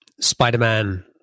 Spider-Man